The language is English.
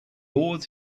oars